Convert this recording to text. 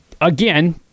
again